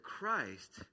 Christ